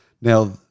Now